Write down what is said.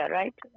right